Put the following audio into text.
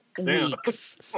weeks